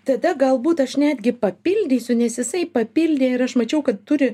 tada galbūt aš netgi papildysiu nes jisai papildė ir aš mačiau kad turi